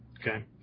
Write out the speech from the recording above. Okay